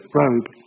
robe